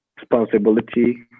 responsibility